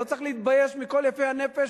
לא צריך להתבייש מכל יפי-הנפש,